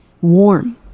Warm